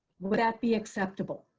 would that be acceptable?